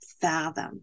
fathom